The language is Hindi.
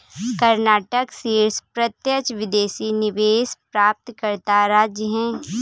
कर्नाटक शीर्ष प्रत्यक्ष विदेशी निवेश प्राप्तकर्ता राज्य है